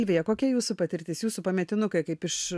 kokia jūsų patirtis jūsų pametinukai kaip iš